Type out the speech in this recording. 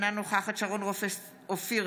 אינה נוכחת שרון רופא אופיר,